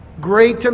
Great